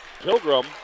Pilgrim